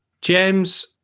James